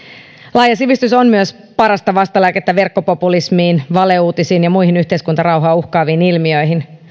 laaja sivistys on myös parasta vastalääkettä verkkopopulismiin valeuutisiin ja muihin yhteiskuntarauhaa uhkaaviin ilmiöihin